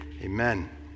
amen